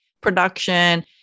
production